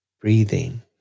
Breathing